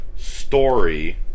story